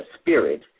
spirit